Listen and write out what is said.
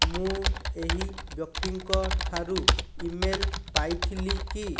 ମୁଁ ଏହି ବ୍ୟକ୍ତିଙ୍କଠାରୁ ଇମେଲ୍ ପାଇଥିଲି କି